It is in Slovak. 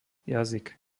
jazyk